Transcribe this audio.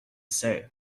say